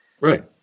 right